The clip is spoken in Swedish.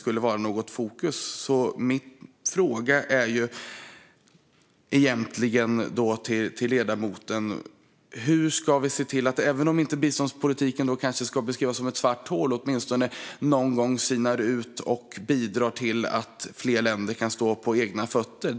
Biståndspolitiken kanske inte ska beskrivas som ett svart hål, men min fråga till ledamoten är hur vi ska se till att den någon gång sinar och bidrar till att fler länder kan stå på egna ben.